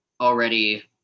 already